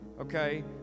okay